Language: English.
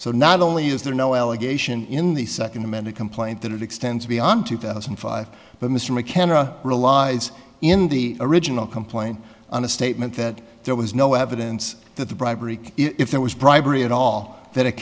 so not only is there no allegation in the second amended complaint that it extends beyond two thousand and five but mr mckenna relies in the original complaint on a statement that there was no evidence that the bribery if there was bribery at all that it